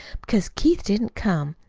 because keith didn't come.